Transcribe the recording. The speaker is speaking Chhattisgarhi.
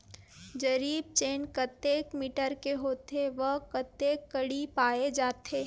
जरीब चेन कतेक मीटर के होथे व कतेक कडी पाए जाथे?